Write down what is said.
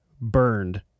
burned